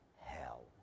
hell